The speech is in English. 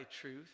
truth